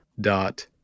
dot